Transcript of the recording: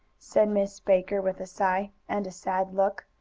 said miss baker with a sigh, and a sad look.